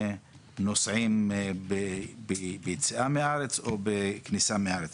נוסעים ביציאה מהארץ או בכניסה לארץ.